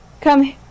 Come